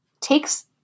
takes